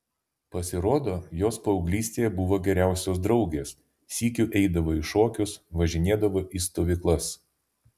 pasirodo jos paauglystėje buvo geriausios draugės sykiu eidavo į šokius važinėdavo į stovyklas